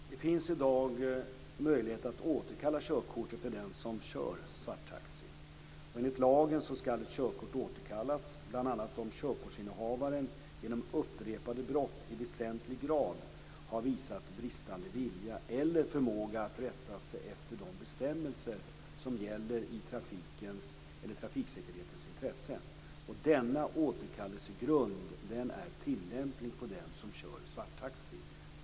Fru talman! Det finns i dag möjlighet att återkalla körkortet för den som kör svarttaxi. Enligt lagen ska ett körkort återkallas bl.a. om körkortsinnehavaren genom upprepade brott i väsentlig grad har visat bristande vilja eller förmåga att rätta sig efter de bestämmelser som gäller i trafiksäkerhetens intresse. Denna återkallelsegrund är tillämplig på den som kör svarttaxi.